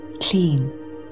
clean